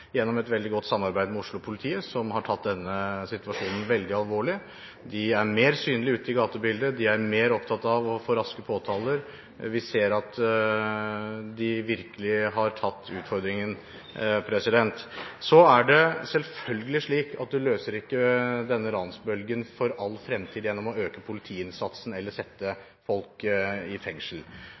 gjennom et veldig godt samarbeid med Oslo-politiet, som har tatt denne situasjonen veldig alvorlig. De er mer synlig ute i gatebildet, og de er mer opptatt av å få påtaler raskt. Vi ser at de har tatt utfordringen. Så er det selvfølgelig slik at en ikke løser denne ransbølgen for all fremtid gjennom å øke politiinnsatsen eller sette folk i fengsel.